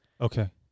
Okay